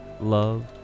love